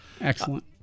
Excellent